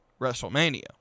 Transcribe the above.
WrestleMania